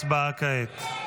הצבעה כעת.